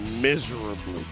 miserably